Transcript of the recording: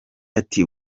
ati